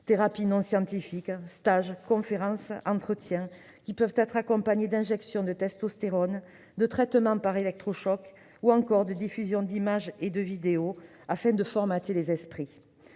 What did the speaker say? thérapies non scientifiques, stages, conférences, entretiens, qui peuvent être accompagnés d'injections de testostérone, de traitements par électrochocs ou encore de diffusions d'images et de vidéos afin de formater les esprits.